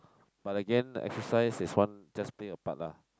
but again exercise is one just play a part lah